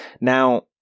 Now